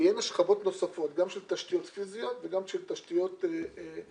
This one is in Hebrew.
תהיינה שכבות נוספות גם של תשתיות פיזיות וגם של תשתיות ניידות.